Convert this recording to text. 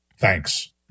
Thanks